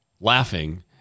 laughing